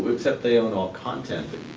except they own all content that